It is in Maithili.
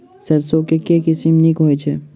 सैरसो केँ के किसिम नीक होइ छै?